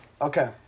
Okay